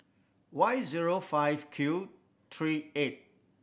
Y zero five Q three eight